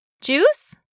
Juice